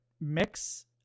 mix